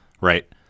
right